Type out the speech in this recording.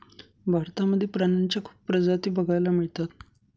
भारतामध्ये प्राण्यांच्या खूप प्रजाती बघायला मिळतात